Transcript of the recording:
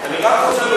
אבל אני רק רוצה לומר,